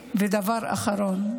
אחרון,